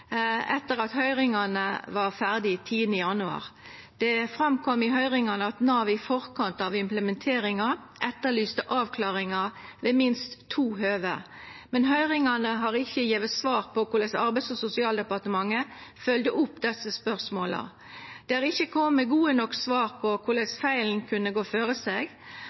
etter at høyringane var ferdige 10. januar. Det kom i høyringane fram at Nav i forkant av implementeringa etterlyste avklaringar ved minst to høve, men høyringane har ikkje gjeve svar på korleis Arbeids- og sosialdepartementet følgde opp desse spørsmåla. Det er ikkje kome gode nok svar på korleis feilen kunne gå føre seg